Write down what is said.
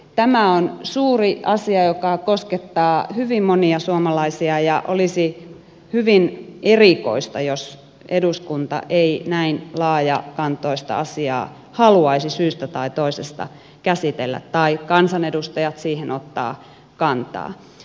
tämä on suuri asia joka koskettaa hyvin monia suomalaisia ja olisi hyvin erikoista jos eduskunta ei näin laajakantoista asiaa haluaisi syystä tai toisesta käsitellä tai kansanedustajat siihen ottaa kantaa